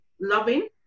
loving